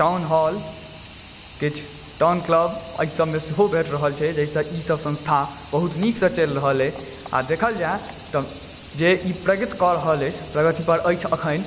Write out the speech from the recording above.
town hall किछु town club एहि सभमे सेहो भेट रहल छै जाहिसँ ई संस्था बहुत नीकसँ चलि रहल अहि आ देखल जाए तऽ जे ई प्रगति कऽ रहल अछि प्रगति पर अछि अखन